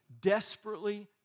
desperately